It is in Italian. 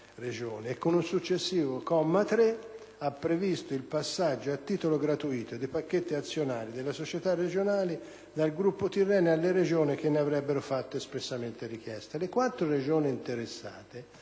e al successivo comma 3 ha previsto il passaggio a titolo gratuito dei pacchetti azionari delle società regionali dal gruppo Tirrenia alle Regioni che ne avrebbero fatto espressamente richiesta.